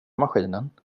maskinen